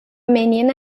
menina